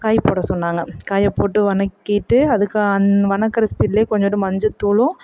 காய் போட சொன்னாங்க காயை போட்டு வதக்கிட்டு அதுக்கு ஆ அந் வதங்குற ஸ்பீட்லேயே கொஞ்சோண்டு மஞ்சத்தூளும்